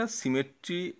symmetry